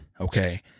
Okay